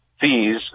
fees